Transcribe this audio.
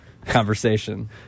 conversation